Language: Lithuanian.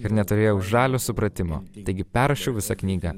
ir neturėjau žalio supratimo taigi perrašiau visą knygą